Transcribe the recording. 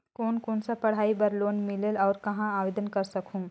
कोन कोन सा पढ़ाई बर लोन मिलेल और कहाँ आवेदन कर सकहुं?